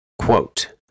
Quote